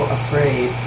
afraid